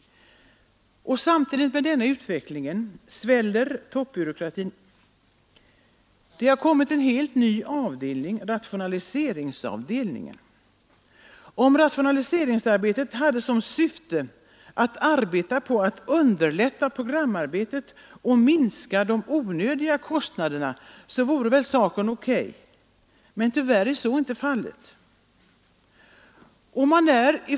Samtidigt med denna utveckling sväller toppbyråkratin. Det har tillkommit en helt ny avdelning, rationaliseringsavdelningen. Om rationaliseringsarbetet hade till syfte att underlätta programarbetet och minska de onödiga kostnaderna så vore den OK. Men tyvärr är så inte fallet.